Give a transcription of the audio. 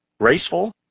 Graceful